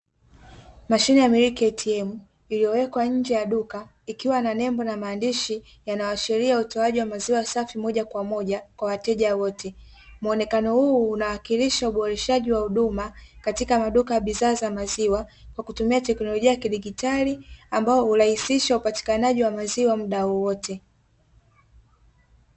Mashine ya "Milky ATM" iliyowekwa nje ya duka ikiwa na nembo na maandishi yanayoashiria utoaji wa maziwa safi moja kwa moja kwa wateja wote. Muonekano huu unawakilisha uboreshaji wa huduma katika maduka ya bidhaa za maziwa kwa kutumia teknolojia ya kidigitali ambao hurahisisha upatikanaji wa maziwa mtaa wowote.